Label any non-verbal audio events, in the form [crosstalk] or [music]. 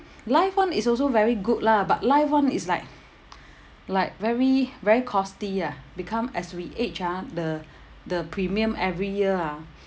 life [one] is also very good lah but life [one] is like [breath] like very very costly ah become as we age ah the the premium every year ah